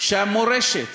שהמורשת